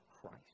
Christ